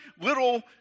little